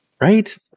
Right